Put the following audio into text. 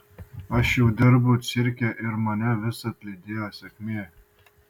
aš jau dirbau cirke ir mane visad lydėjo sėkmė